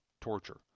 torture